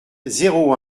zéro